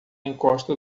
encosta